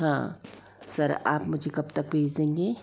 हाँ सर आप मुझे कब तक भेज देंगें